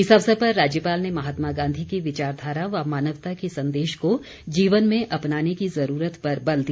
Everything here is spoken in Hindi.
इस अवसर पर राज्यपाल ने महात्मा गांधी की विचारधारा व मानवता के संदेश को जीवन में अपनाने की ज़रूरत पर बल दिया